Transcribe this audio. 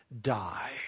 die